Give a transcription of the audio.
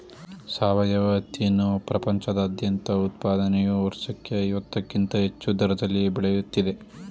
ಸಾವಯವ ಹತ್ತಿಯನ್ನು ಪ್ರಪಂಚದಾದ್ಯಂತ ಉತ್ಪಾದನೆಯು ವರ್ಷಕ್ಕೆ ಐವತ್ತಕ್ಕಿಂತ ಹೆಚ್ಚು ದರದಲ್ಲಿ ಬೆಳೆಯುತ್ತಿದೆ